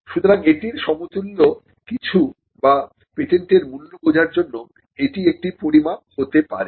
সুতরাং এটির সমতুল্য কিছু বা পেটেন্টের মূল্য বোঝার জন্য এটি একটি পরিমাপ হতে পারে